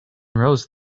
rows